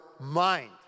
mind